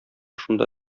шунда